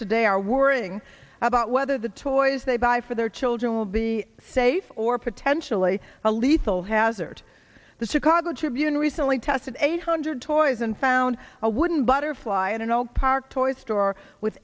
today are worrying about whether the toys they buy for their children will be safe or potentially a lethal hazard the chicago tribune recently tested eight hundred toys and found a wooden butterfly in an old park toy store with